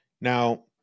Now